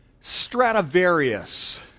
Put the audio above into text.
Stradivarius